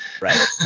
Right